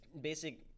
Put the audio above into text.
basic